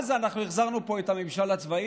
מה זה, אנחנו החזרנו פה את הממשל הצבאי?